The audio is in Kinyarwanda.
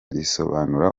risobanura